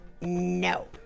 No